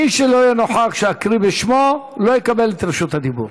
מי שלא יהיה נוכח כשאקרא בשמו לא יקבל את רשות הדיבור.